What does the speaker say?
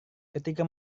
ketika